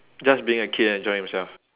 just being a kid enjoy himself